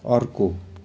अर्को